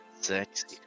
sexy